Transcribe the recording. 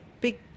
big